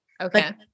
Okay